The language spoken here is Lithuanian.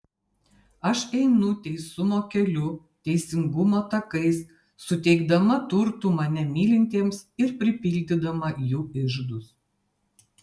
aš einu teisumo keliu teisingumo takais suteikdama turtų mane mylintiems ir pripildydama jų iždus